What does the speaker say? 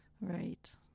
right